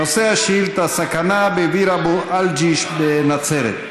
נושא השאילתה: סכנה בביר אבו אלג'יש בנצרת.